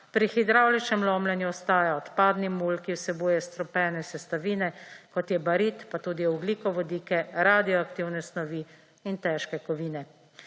pri hidravličnem lomljenju ostaja odpadni mulj, ki vsebuje strupene sestavine, kot je barit, pa tudi ogljikovodike, radioaktivne snovi in težke kovine.